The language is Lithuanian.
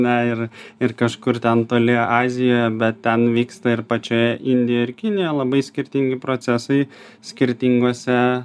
na ir ir kažkur ten toli azijoje bet ten vyksta ir pačioje indijoj ir kinijoj labai skirtingi procesai skirtinguose